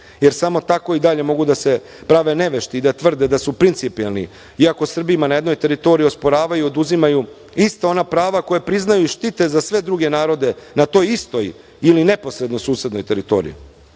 Samo tako i dalje mogu da se prave nevešti i da tvrde da su principijelni, iako Srbima na jednoj teritoriji osporavaju i oduzimaju ista ona prava koja priznaju i štite za sve druge narode na toj istoj ili neposredno susednoj teritoriji. Osim